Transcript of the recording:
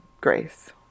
grace